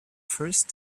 first